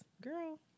girl